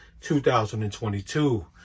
2022